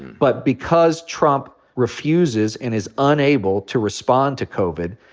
but because trump refuses and is unable to respond to covid,